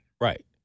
Right